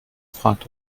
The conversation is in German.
fragt